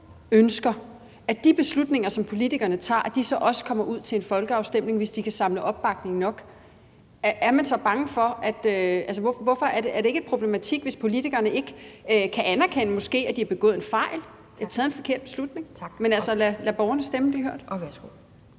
borgerne ønsker, at de beslutninger, som politikerne tager, også kommer ud til en folkeafstemning, hvis de kan samle opbakning nok? Er man så bange for det? Er det ikke en problematik, hvis politikerne ikke kan anerkende, at de måske har begået en fejl, taget en forkert beslutning? Men lad borgernes stemme blive hørt. Kl.